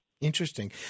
Interesting